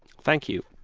thank you.